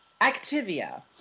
Activia